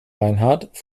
reinhardt